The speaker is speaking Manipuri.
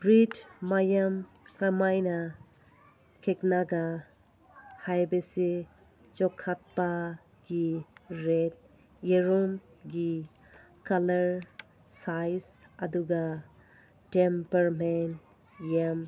ꯕ꯭ꯔꯤꯠ ꯃꯌꯥꯝ ꯀꯃꯥꯏꯅ ꯍꯥꯏꯕꯁꯤ ꯆꯥꯎꯈꯠꯄꯒꯤ ꯔꯦꯠ ꯌꯦꯔꯨꯝꯒꯤ ꯀꯂꯔ ꯁꯥꯏꯖ ꯑꯗꯨꯒ ꯇꯦꯝꯄꯔꯃꯦꯟ ꯌꯥꯝ